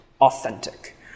authentic